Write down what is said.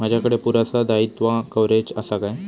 माजाकडे पुरासा दाईत्वा कव्हारेज असा काय?